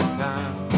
time